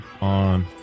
on